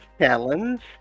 challenge